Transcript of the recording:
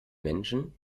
menschen